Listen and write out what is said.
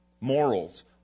morals